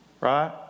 right